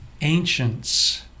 ancients